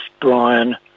Brian